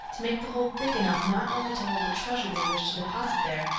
to make the hole big enough not only to hold the treasure they wished to deposit there,